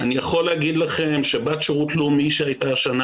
אני יכול להגיד שבת שירות לאומי שהייתה השנה